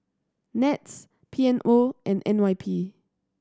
NETS P M O and N Y P